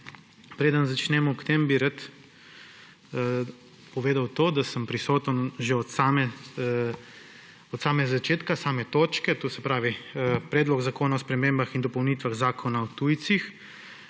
preden začnem, bi rad povedal to, da sem prisoten že od samega začetka same točke, to se pravi, Predloga zakona o spremembah in dopolnitvah Zakona o tujcih.